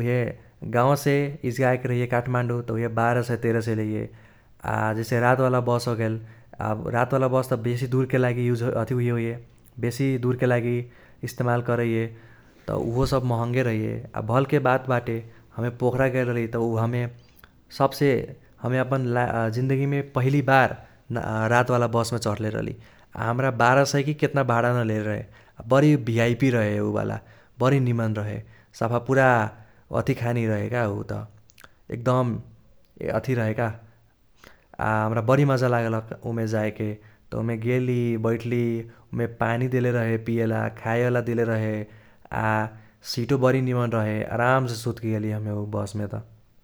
उइहे गाउसे इजगा आएके रहैये काठमान्डु त उइहे बार सय तेर सय लेईये । आ जैसे रात वाला बस होगेल आब रात वाला बस त बेसी दुरके लागि यूज होइये बेसी दुरके लागि इस्तमाल करैये । त उहो सब महंगे रहैये, आ भलके बात बाटे हमे पोखरा गेल रहली त उ हमे सबसे हमे अपन जिन्दगीमे पहिली बार रात वाला बसमे चहडले रहली । आ हम्रा बार सय कि केतना भाडा न लेले रहे । आ बरी भीआईपि रहे उबाला, बरी निमन रहे, साफा पूरा वथी खानी रहेका उ त, एकदम अथि रहेका । आ हम्रा बरी मजा लागलक उमे जाएके, त उमे गेली बैठली उमे पानी देले रहे पियेला, खायोला देले रहे । आ सीटो बरी निमन रहे आरामसे सुतके गेली हमे उ बसमे त ।